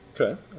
okay